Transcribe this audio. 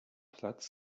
platz